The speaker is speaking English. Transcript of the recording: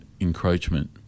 encroachment